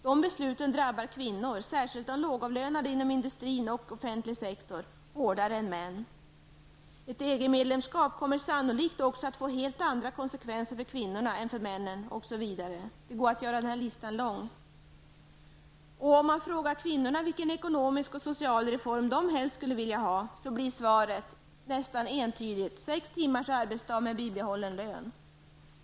Dessa beslut drabbar kvinnor -- särskilt de lågavlönade inom industrin och offentlig sektor -- hårdare än män. Ett EG-medlemskap kommer sannolikt också att få helt andra konsekvenser för kvinnorna, osv. Det går att göra listan lång. Om man frågar kvinnor vilken ekonomisk och social reform de helst skulle vilja ha, blir det nästan entydiga svaret: sex timmars arbetsdag med en bibehållen lön.